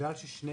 בגלל ששני